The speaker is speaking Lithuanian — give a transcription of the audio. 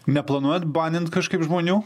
neplanuojat banint kažkaip žmonių